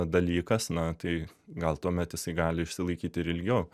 dalykas na tai gal tuomet jisai gali išsilaikyti ir ilgiau